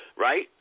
Right